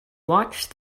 watched